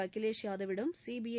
அகிலேஷ் யாதவிடம் சிபிஐ